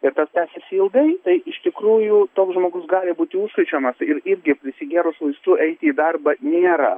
ir tas tęsiasi ilgai tai iš tikrųjų toks žmogus gali būt užkrečiamas ir irgi prisigėrus vaistų eiti į darbą nėra